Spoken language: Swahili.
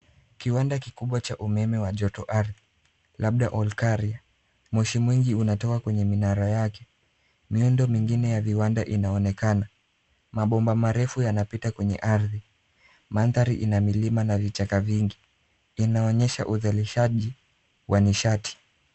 Kiwanda kikubwa cha umeme wa jotoardhi labda Olkari. Moshi mwingi unatoka kwenye minara yake. Miundo mengine ya viwanda inaonekana. Mabomba marefu yanapita kwenye ardhi. Mandhari ina milima na vichaka vingi. linaonyesha uzalishaji wa nishati.